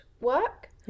work